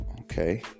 okay